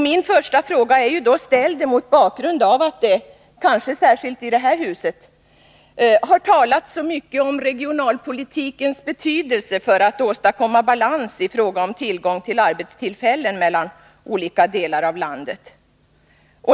Min första fråga är ställd mot bakgrunden av att det kanske särskilt i det här huset har talats så mycket om regionalpolitikens betydelse för att åstadkomma balans i fråga om tillgång till arbetstillfällen mellan olika delar av landet.